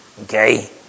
Okay